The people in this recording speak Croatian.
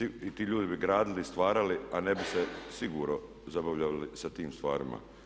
I ti ljudi bi gradili, starali, a ne bi se sigurno zabavljali sa tim stvarima.